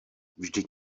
vždyť